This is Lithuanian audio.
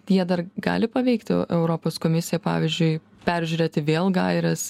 tie dar gali paveikti europos komisiją pavyzdžiui peržiūrėti vėl gaires